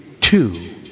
two